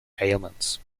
ailments